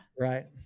Right